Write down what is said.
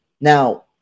Now